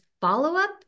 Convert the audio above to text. follow-up